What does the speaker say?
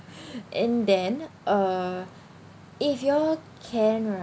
and then uh if you all can